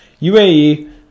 UAE